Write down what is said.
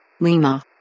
Lima